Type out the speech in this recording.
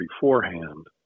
beforehand